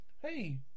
Hey